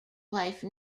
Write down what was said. wife